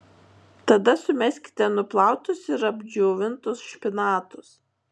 tada sumeskite nuplautus ir apdžiovintus špinatus